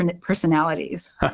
personalities